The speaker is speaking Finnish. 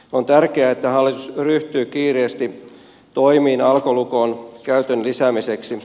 on tärkeää että hallitus ryhtyy kiireesti toimiin alkolukon käytön lisäämiseksi